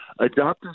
adopter's